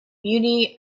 beauty